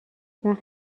وقتی